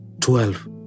twelve